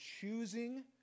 choosing